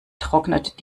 trocknet